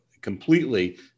completely